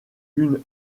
une